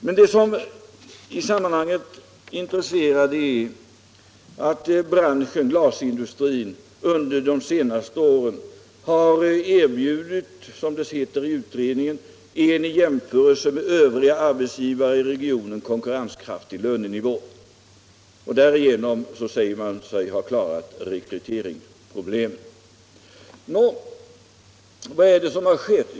Men det i sammanhanget intressanta är att glasindustrin under de senaste åren har erbjudit, som det heter i utredningen, en i jämförelse med övriga arbetsgivare i regionen konkurrenskraftig lönenivå. Därigenom säger man sig ha klarat rekryteringsproblemet. Vad är det då som har skett?